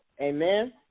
Amen